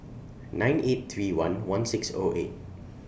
nine eight three one one six O eight